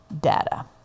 data